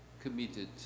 committed